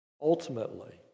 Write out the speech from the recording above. ultimately